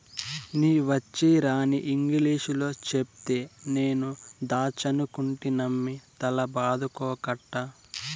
నీ వచ్చీరాని ఇంగిలీసులో చెప్తే నేను దాచ్చనుకుంటినమ్మి తల బాదుకోకట్టా